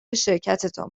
شرکتتان